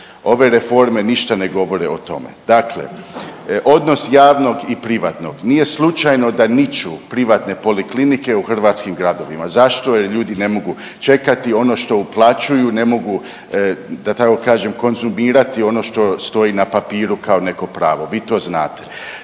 Ove reforme ništa ne govore o tome. Dakle, odnos javnog i privatnog. Nije slučajno da niču privatne poliklinike u hrvatskih gradovima. Zašto? Jer ljudi ne mogu čekati, ono što uplaćuju, ne mogu, da tako kažem, konzumirati ono što stoji na papiru kao neko pravo. Vi to znate.